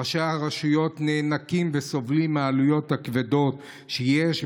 ראשי הרשויות נאנקים וסובלים מהעלויות הכבדות שיש,